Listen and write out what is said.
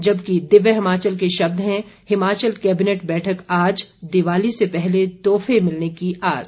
जबकि दिव्य हिमाचल के शब्द हैं हिमाचल कैबिनेट बैठक आज दिवाली से पहले तोहफे मिलने की आस